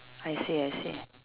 I see I see